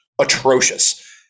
atrocious